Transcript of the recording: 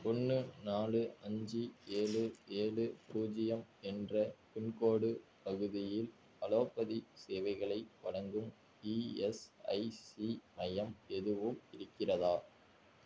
ஒன்று நாலு அஞ்சு ஏழு ஏழு பூஜ்ஜியம் என்ற பின்கோடு பகுதியில் அலோபதி சேவைகளை வழங்கும் இஎஸ்ஐசி மையம் எதுவும் இருக்கிறதா